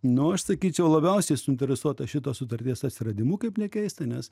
nu aš sakyčiau labiausiai suinteresuota šitos sutarties atsiradimu kaip nekeista nes